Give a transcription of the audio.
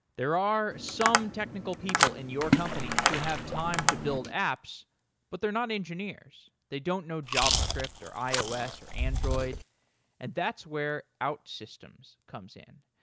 there are some technical people in your company who have time to build apps but they're not engineers. they don't know javascript or ios or android and that's where outsystems comes in.